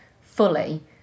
fully